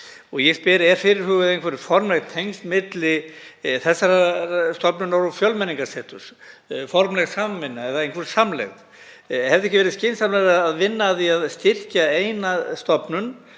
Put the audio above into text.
Og ég spyr: Eru fyrirhuguð einhver formleg tengsl milli þessarar stofnunar og Fjölmenningarseturs, formleg samvinna eða einhver samlegð? Hefði ekki verið skynsamlegra að vinna að því að styrkja eina stofnun,